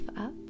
up